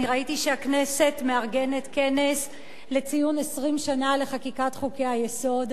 אני ראיתי שהכנסת מארגנת כנס לציון 20 שנה לחקיקת חוקי-היסוד,